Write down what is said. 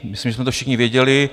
Myslím, že jsme to všichni věděli.